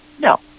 No